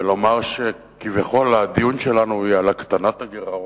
ולומר שכביכול הדיון שלנו הוא על הקטנת הגירעון,